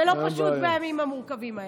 זה לא פשוט בימים המורכבים האלה.